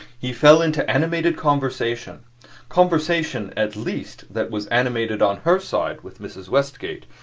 he fell into animated conversation conversation, at least, that was animated on her side with mrs. westgate,